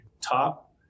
top